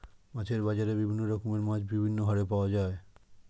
মাছের বাজারে বিভিন্ন রকমের মাছ বিভিন্ন হারে পাওয়া যায়